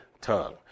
tongue